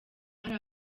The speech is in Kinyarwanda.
hari